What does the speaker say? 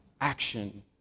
action